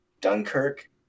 Dunkirk